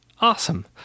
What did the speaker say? Awesome